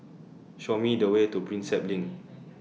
Show Me The Way to Prinsep LINK